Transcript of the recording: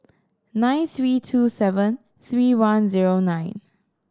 nine three two seven three one zero nine